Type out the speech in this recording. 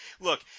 Look